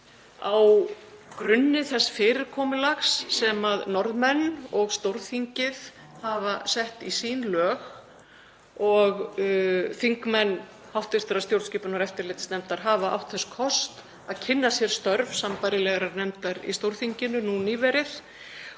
á grunni þess fyrirkomulags sem Norðmenn og Stórþingið hafa sett í sín lög og þingmenn hv. stjórnskipunar- og eftirlitsnefndar áttu þess kost að kynna sér störf sambærilegrar nefndar í Stórþinginu nýverið.